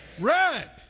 Red